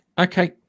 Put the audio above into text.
okay